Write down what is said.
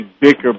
bicker